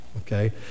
okay